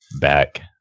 back